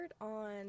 on